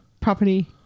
property